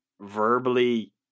verbally